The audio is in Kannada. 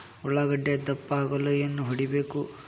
ಉಳ್ಳಾಗಡ್ಡೆ ದಪ್ಪ ಆಗಲು ಏನು ಹೊಡಿಬೇಕು?